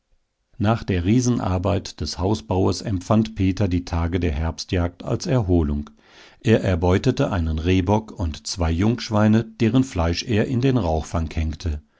nach der riesenarbeit des hausbaues empfand peter die tage der herbstjagd als erholung er erbeutete einen rehbock und zwei jungschweine deren fleisch er in den rauchfang hängte